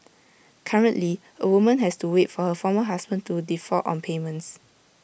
currently A woman has to wait for her former husband to default on payments